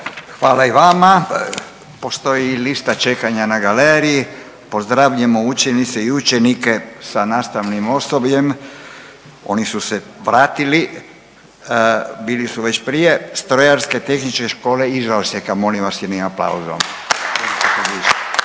Hvala i vama. Postoji lista čekanja na galeriji, pozdravimo učenice i učenike sa nastavnim osobljem, oni su se vratili bili su već prije Strojarske tehničke škole iz Osijeka, molim vas jednim aplauzom.